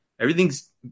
everything's